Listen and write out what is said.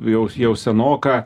jau jau senoką